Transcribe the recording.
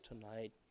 tonight